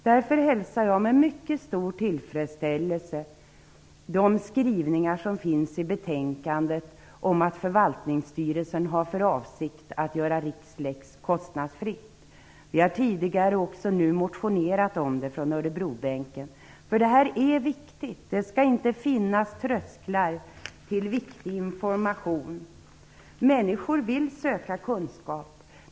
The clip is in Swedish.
Därför hälsar jag med stor tillfredsställelse de skrivningar som finns i betänkandet om att förvaltningsstyrelsen har för avsikt att göra Rixlex kostnadsfritt. Vi har tidigare motionerat om det från Örebrobänken. Det är viktigt. Det skall inte finnas trösklar till viktig information. Människor vill söka kunskap.